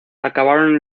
acabaron